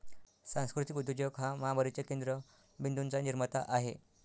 सांस्कृतिक उद्योजक हा महामारीच्या केंद्र बिंदूंचा निर्माता आहे